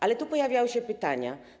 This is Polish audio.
Ale tu pojawiają się pytania.